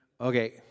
Okay